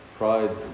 pride